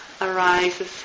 arises